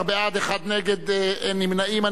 12 בעד, אחד נגד, אין נמנעים.